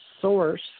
source